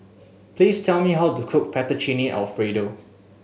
please tell me how to cook Fettuccine Alfredo